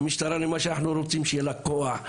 אנחנו רוצים שיהיה לה כוח,